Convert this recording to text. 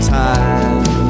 time